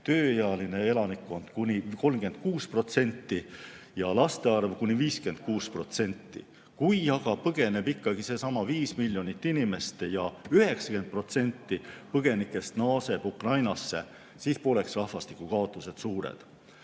tööealine elanikkond kuni 36% ja laste arv kuni 56%. Kui aga põgeneb ikkagi seesama 5 miljonit inimest ja 90% põgenikest naaseb Ukrainasse, siis poleks rahvastikukaotus suur.